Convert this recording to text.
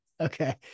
Okay